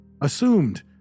Assumed